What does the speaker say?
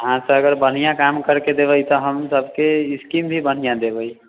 अहाँ सभ अगर बढ़ियाँ काम करके देबै तऽ हम सभके स्कीम भी बढ़ियाँ देबै